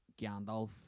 Gandalf